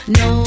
no